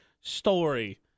story